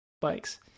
bikes